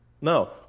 No